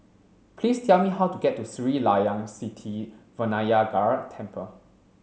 please tell me how to get to Sri Layan Sithi Vinayagar Temple